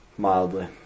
Mildly